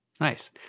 Nice